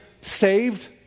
saved